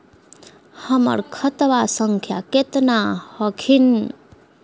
हमर खतवा संख्या केतना हखिन?